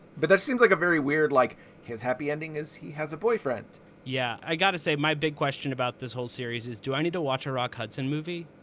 but that seems like a very weird like his happy ending as he has a boyfriend yeah. i got to say, my big question about this whole series is, do i need to watch a rock hudson movie?